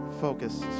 focus